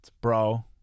bro